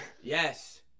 Yes